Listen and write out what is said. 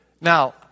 Now